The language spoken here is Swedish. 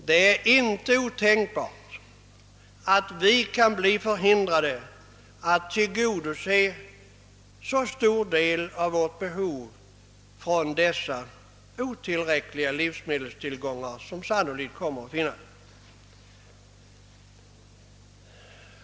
Det är inte otänkbart att vi kan bli förhindrade att tillgodose så stor del av vårt behov, som avsetts, från de otillräckliga livsmedelstillgångar som sannolikt kommer att finnas.